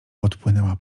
odpłynęła